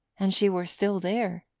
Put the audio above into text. and she were still there?